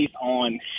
on